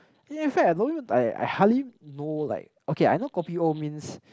in fact I don't I I hardly know like okay I know kopi o means